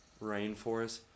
rainforest